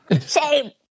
Shame